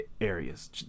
areas